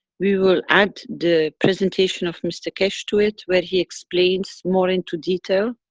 we will add the presentation of mr keshe to it, where he explains more into detail.